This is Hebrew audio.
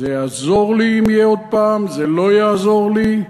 זה יעזור לי אם יהיה עוד פעם, זה לא יעזור לי.